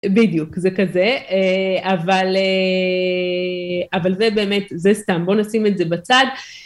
בדיוק זה כזה אבל זה באמת זה סתם בוא נשים את זה בצד